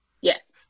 Yes